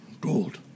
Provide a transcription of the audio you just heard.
gold